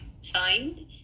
signed